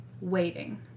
waiting